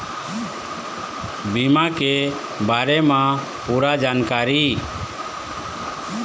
बीमा के बारे म पूरा जानकारी?